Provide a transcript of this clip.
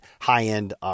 high-end